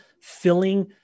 filling